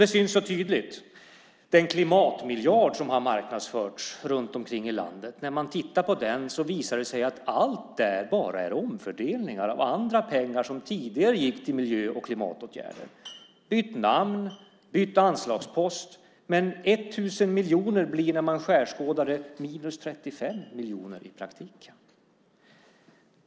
Det syns så tydligt att den klimatmiljard som har marknadsförts runt omkring i landet bara är pengar som tidigare gick till miljö och klimatåtgärder som har bytt namn och bytt anslagspost. Men 1 000 miljoner blir när man skärskådar det minus 35 miljoner i praktiken.